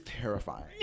terrifying